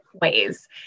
ways